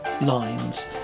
lines